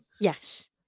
Yes